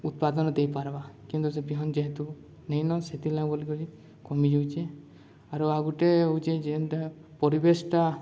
ଉତ୍ପାଦନ ଦେଇପାର୍ବା କିନ୍ତୁ ସେ ବିହନ ଯେହେତୁ ନେଇ ନ ସେଥିର୍ ଲାଗି ବୋଲି କରି କମି ଯାଉଛେ ଆରୁ ଆଉ ଗୋଟେ ହେଉଛେ ଯେନ୍ଟା ପରିବେଶଟା